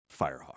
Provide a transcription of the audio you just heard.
Firehawk